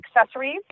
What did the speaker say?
accessories